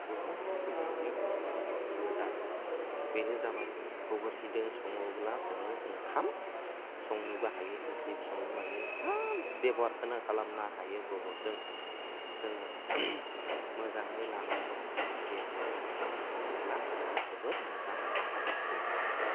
बुहुद गोजौयै थायो मोजाङै बेनो जाबाय गोबोरखिदो सङोब्ला जोङो ओंखाम संनोबो हायो ओंख्रिबो संनो हायो सब बेबहारखोनो खालामनो हायो गोबोरजों जोङो मोजाङै लानानै बेरायाव बुथाबना होयोब्ला जोबोद मोजां नाङो जोङो